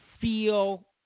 feel